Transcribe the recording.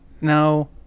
No